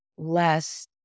Less